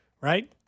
right